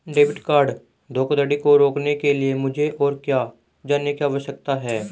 Debit card धोखाधड़ी को रोकने के लिए मुझे और क्या जानने की आवश्यकता है?